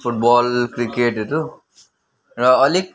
foot बल क्रिकेटहरू र अलिक